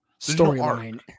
storyline